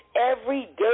everyday